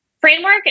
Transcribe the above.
framework